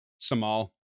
Samal